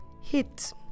hit